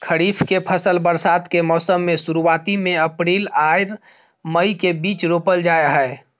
खरीफ के फसल बरसात के मौसम के शुरुआती में अप्रैल आर मई के बीच रोपल जाय हय